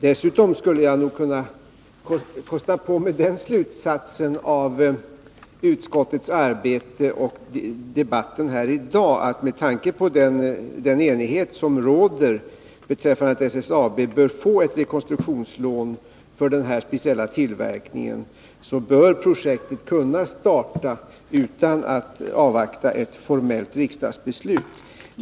Dessutom skulle jag nog kunna kosta på mig att dra den slutsatsen av utskottets arbete och debatten här i dag att med tanke på den enighet som råder om att SSAB bör få ett rekonstruktionslån för den här speciella tillverkningen, så bör projektet kunna starta utan att ett formellt riksdagsbeslut avvaktas.